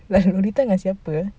like lolita dengan siapa